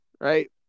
right